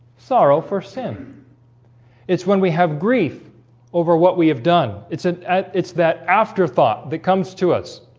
sorrow for sin it's when we have grief over what we have done. it's a it's that afterthought that comes to us.